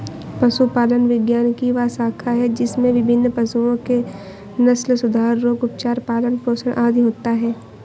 पशुपालन विज्ञान की वह शाखा है जिसमें विभिन्न पशुओं के नस्लसुधार, रोग, उपचार, पालन पोषण आदि होता है